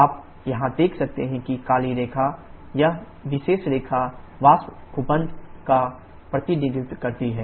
आप यहां देख सकते हैं काली रेखा यह विशेष रेखा वाष्प गुंबद का प्रतिनिधित्व करती है